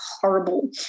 horrible